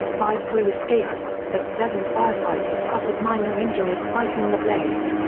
five crew escaped, but seven firefighters suffered minor injuries fighting the blaze.